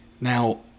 now